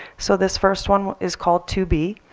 so this first one is called two b.